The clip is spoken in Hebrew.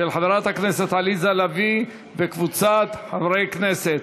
של חברת הכנסת עליזה לביא וקבוצת חברי כנסת,